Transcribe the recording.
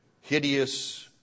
hideous